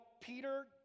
Peter